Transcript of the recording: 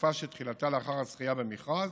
בתקופה שתחילתה לאחר הזכייה במכרז,